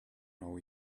know